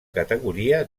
categoria